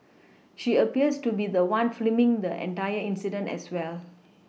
she appears to be the one filming the entire incident as well